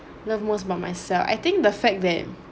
love most about myself I think the fact that